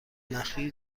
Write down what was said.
نخی